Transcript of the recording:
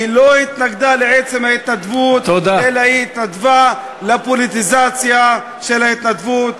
היא לא התנגדה לעצם ההתנדבות אלא היא התנגדה לפוליטיזציה של ההתנדבות.